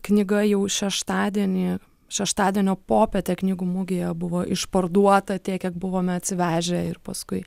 knyga jau šeštadienį šeštadienio popietę knygų mugėje buvo išparduota tiek kiek buvome atsivežę ir paskui